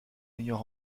ayant